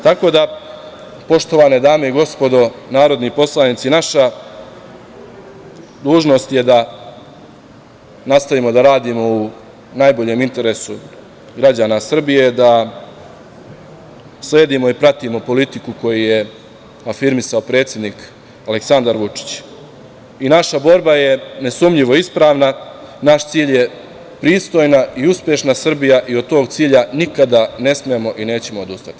Poštovane dame i gospodo narodni poslanici, naša dužnost je da nastavimo da radimo u najboljem interesu građana Srbije, da sledimo i pratimo politiku koju je afirmisao predsednik Aleksandar Vučić i naša borba je nesumnjivo ispravna, naš cilj je pristojna i uspešna Srbija i od toga cilja nikada ne smemo i nećemo odustati.